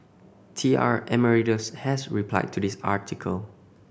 T R Emeritus has replied to this article